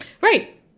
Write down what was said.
Right